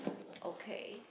okay